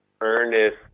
earnest